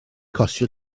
costio